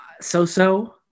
so-so